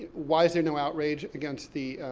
why is there no outrage against the,